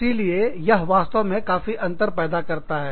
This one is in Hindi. इसीलिए यह वास्तव में काफी अंतर पैदा करता है